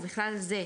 ובכלל זה,